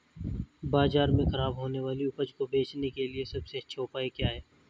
बाजार में खराब होने वाली उपज को बेचने के लिए सबसे अच्छा उपाय क्या है?